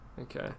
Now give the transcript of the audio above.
Okay